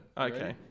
Okay